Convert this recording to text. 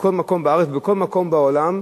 בכל מקום בארץ ובכל מקום בעולם,